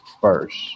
first